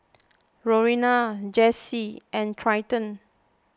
Lorena Jessi and Trenton